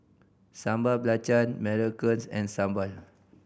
Sambal Belacan macarons and sambal